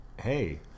hey